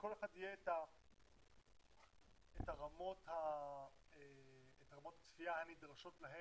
לכל אחד יהיה את רמות הצפייה הנדרשות להם,